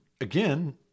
again